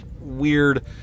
weird